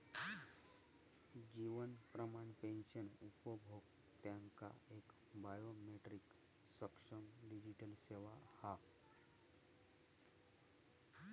जीवन Pramaan pension उपभोक्त्यांका एक biometric सक्षम डिजीटल सेवा हा